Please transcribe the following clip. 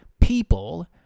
people